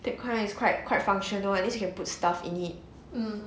that kind is quite quite functional at least you can put stuff in it